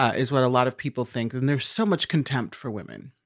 is what a lot of people think. and there's so much contempt for women.